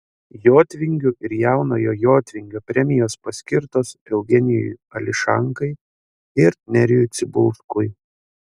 jotvingių ir jaunojo jotvingio premijos paskirtos eugenijui ališankai ir nerijui cibulskui